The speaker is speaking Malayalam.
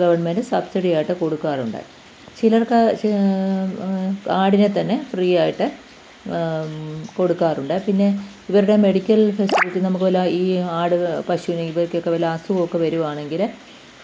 ഗവണ്മെൻറ്റ് സബ്സീഡിയായിട്ടു കൊടുക്കാറുണ്ട് ചിലർക്ക് ആടിനേത്തന്നെ ഫ്രീയായിട്ട് കൊടുക്കാറുണ്ട് പിന്നെ ഇവരുടെ മെഡിക്കൽ ഫെസിലിറ്റി നമുക്ക് വല്ല ഈ ആട് പശുവിനെ ഇവക്കൊക്കെ വല്ല അസുഖമൊക്കെ വരുവാണെങ്കിൽ